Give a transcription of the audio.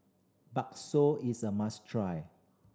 bakso is a must try